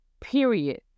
Period